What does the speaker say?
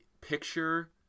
picture